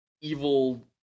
evil